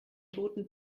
toten